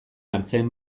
artzain